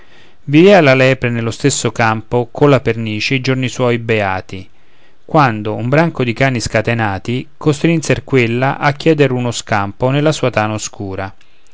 vivea la lepre nello stesso campo colla pernice i giorni suoi beati quando un branco di cani scatenati costrinser quella a chiedere uno scampo nella sua tana oscura